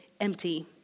empty